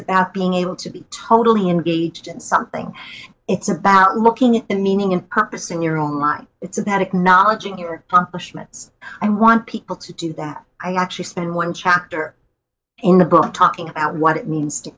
about being able to be totally engaged in something it's about looking at meaning and purpose in your own life it's about acknowledging your meds i want people to do that i actually spend one chapter in the book talking about what it means to